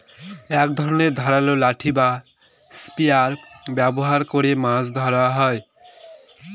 এক ধরনের ধারালো লাঠি বা স্পিয়ার ব্যবহার করে মাছ ধরা হয়